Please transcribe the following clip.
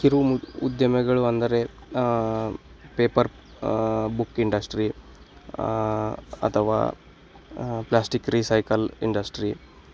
ಕಿರು ಮುಖ್ಯ ಉದ್ದಿಮೆಗಳು ಅಂದರೆ ಪೇಪರ್ ಬುಕ್ ಇಂಡಸ್ಟ್ರಿ ಅಥವಾ ಪ್ಲಾಸ್ಟಿಕ್ ರೀಸೈಕಲ್ ಇಂಡಸ್ಟ್ರಿ